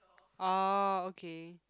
oh okay